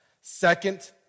Second